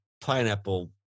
pineapple